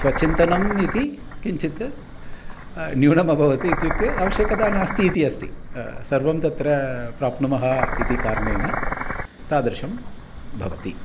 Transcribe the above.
स्वचिन्तनम् इति किञ्चित् न्यूनमभवत् इत्युक्ते आवश्यकता नास्ति इति अस्ति सर्वं तत्र प्राप्नुमः इति कारणेन तादृशं भवति